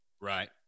Right